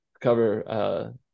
cover